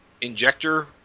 injector